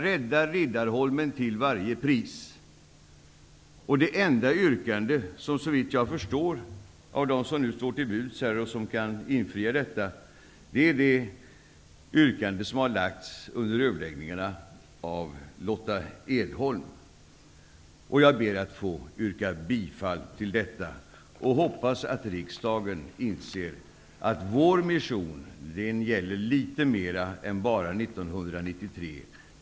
Rädda Riddarholmen till varje pris! Det enda yrkande av dem som står till buds och som kan infria detta är såvitt jag förstår det yrkande som har lagts fram under överläggningen av Lotta Edholm. Jag ber att få yrka bifall till detta yrkande. Jag hoppas att riksdagen inser att vår mission gäller litet mera än bara 1993.